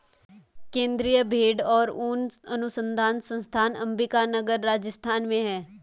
केन्द्रीय भेंड़ और ऊन अनुसंधान संस्थान अम्बिका नगर, राजस्थान में है